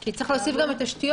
כי צריך להוסיף גם ל"תשתיות".